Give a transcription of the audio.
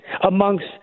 Amongst